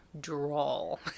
drawl